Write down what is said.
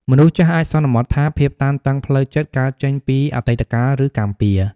មនុស្សចាស់អាចសន្មតថាភាពតានតឹងផ្លូវចិត្តកើតចេញពីអតីតកាល ឬកម្មពៀរ។